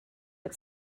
but